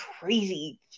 crazy